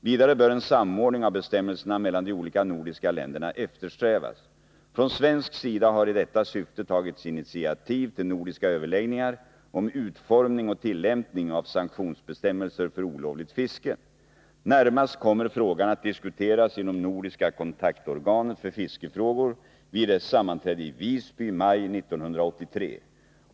Vidare bör en samordning av bestämmelserna mellan de olika nordiska länderna eftersträvas. Från svensk sida har i detta syfte tagits initiativ till nordiska överläggningar om utformning och tillämpning av sanktionsbestämmelser för olovligt fiske. Närmast kommer frågan att diskuteras inom Nordiska kontaktorganet för fiskefrågor vid dess sammanträde i Visby i maj 1983.